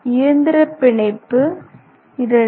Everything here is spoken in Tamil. இயந்திர பிணைப்பு 2